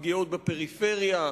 הפגיעות בפריפריה,